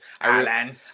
Alan